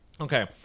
Okay